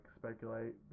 speculate